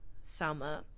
summer